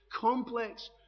complex